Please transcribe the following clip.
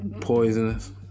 poisonous